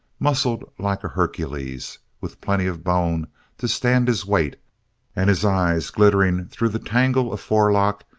muscled like a hercules, with plenty of bone to stand his weight and his eyes, glittering through the tangle of forelock,